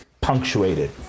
punctuated